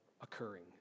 occurring